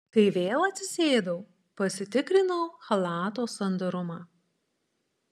kai vėl atsisėdau pasitikrinau chalato sandarumą